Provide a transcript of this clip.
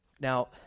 Now